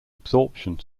absorption